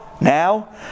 now